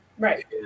Right